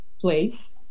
place